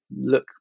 look